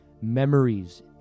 memories